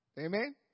Amen